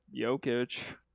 Jokic